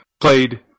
played